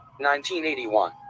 1981